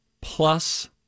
plus